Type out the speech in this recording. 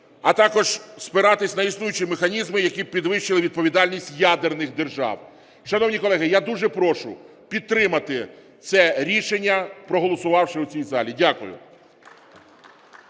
а також спиратися на існуючі механізми, які б підвищили відповідальність ядерних держав. Шановні колеги, я дуже прошу підтримати це рішення, проголосувавши в цій залі. Дякую.